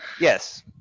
yes